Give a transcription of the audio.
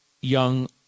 Young